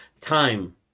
time